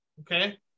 okay